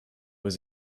was